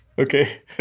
Okay